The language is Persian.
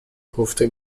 گفته